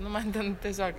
nu man ten tiesiog